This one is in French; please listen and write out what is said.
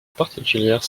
particulière